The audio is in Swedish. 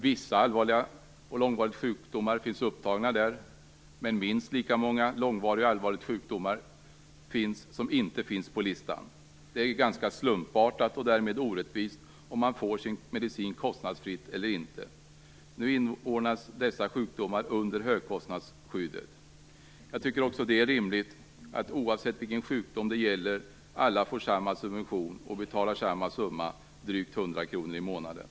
Vissa allvarliga och långvariga sjukdomar finns upptagna där, men minst lika många långvariga och allvarliga sjukdomar finns inte på listan. Det är ganska slumpartat och därmed orättvist om man får sin medicin kostnadsfritt eller inte. Nu inordnas dessa sjukdomar under högkostnadsskyddet. Jag tycker också att det är rimligt att oavsett vilken sjukdom det gäller alla får samma subvention och betalar samma summa, drygt 100 kr i månaden.